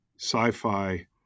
sci-fi